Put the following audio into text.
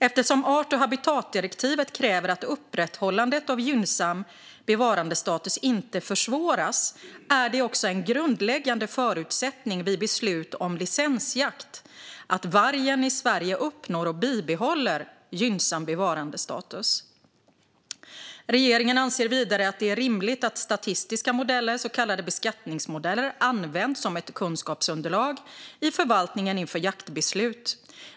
Eftersom art och habitatdirektivet kräver att upprätthållandet av gynnsam bevarandestatus inte försvåras, är det en grundläggande förutsättning vid beslut om licensjakt att vargen i Sverige uppnår och bibehåller gynnsam bevarandestatus. Regeringen anser vidare att det är rimligt att statistiska modeller, så kallade beskattningsmodeller, används som ett kunskapsunderlag i förvaltningen inför jaktbeslut.